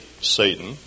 Satan